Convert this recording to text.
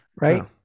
right